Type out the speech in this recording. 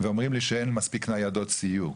אומרים שאין מספיק ניידות סיור.